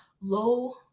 low